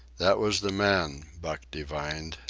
that was the man, buck divined,